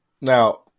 Now